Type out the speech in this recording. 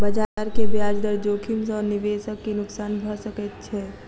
बजार के ब्याज दर जोखिम सॅ निवेशक के नुक्सान भ सकैत छै